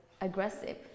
aggressive